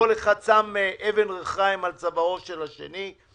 כל אחד שם אבן רחיים על צווארו של השני.